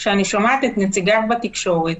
כשאני שומעת את נציגיו בתקשורת,